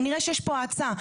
כנראה שיש פה האצה.